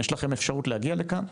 יש לכם אפשרות להגיע לכאן,